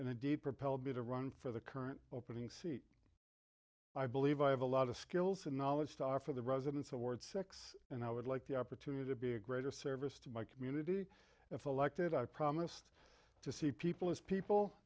in a deep propelled me to run for the current opening seat i believe i have a lot of skills and knowledge to offer the residents of ward six and i would like the opportunity to be a greater service to my community if elected i promised to see people as people